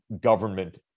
government